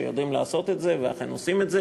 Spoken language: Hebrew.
שיודעים לעשות את זה ואכן עושים את זה